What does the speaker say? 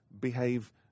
behave